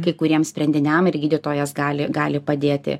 kai kuriems sprendiniam ir gydytojas gali gali padėti